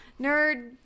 nerd